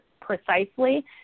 precisely